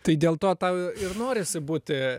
tai dėl to tau ir norisi būti